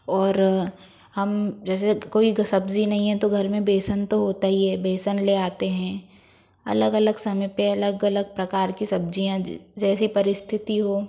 और हम जैसे कोई सब्ज़ी नहीं है तो घर में बेसन तो होता ही है बेसन ले आते हैं अलग अलग समय पे अलग अलग प्रकार की सब्जियाँ जैसी परिस्थिति हो